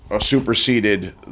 superseded